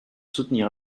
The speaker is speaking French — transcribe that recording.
soutenir